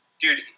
dude